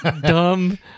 dumb